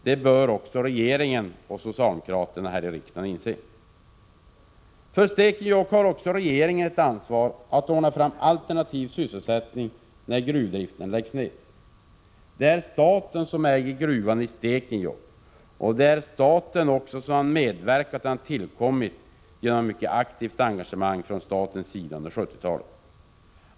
Det bör också regeringen och socialdemokraterna här i riksdagen inse. Regeringen har ett ansvar att ordna fram alternativ sysselsättning när gruvdriften i Stekenjokk läggs ned. Det är staten som äger gruvan i Stekenjokk, och det är också staten som genom ett mycket aktivt engagemang under 70-talet medverkat till att den har tillkommit.